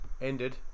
Ended